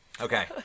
Okay